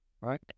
right